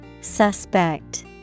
Suspect